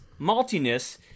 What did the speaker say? maltiness